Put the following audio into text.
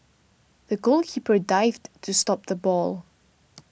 the goalkeeper dived to stop the ball